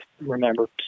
remember